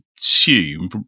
assume